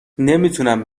نمیتونم